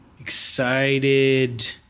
excited